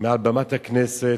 מעל במת הכנסת,